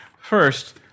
First